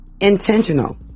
intentional